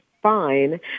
fine